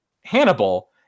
Hannibal